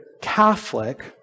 Catholic